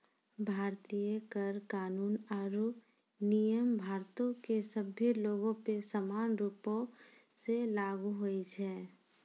भारतीय कर कानून आरु नियम भारतो के सभ्भे लोगो पे समान रूपो से लागू होय छै